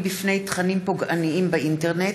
לאה פדידה,